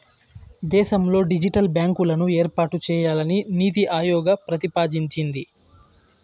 దేశంలో డిజిటల్ బ్యాంకులను ఏర్పాటు చేయాలని నీతి ఆయోగ్ ప్రతిపాదించింది